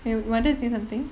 you wanted to say something